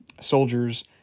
soldiers